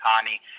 Connie